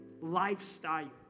lifestyle